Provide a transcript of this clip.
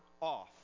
off